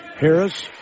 Harris